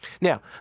Now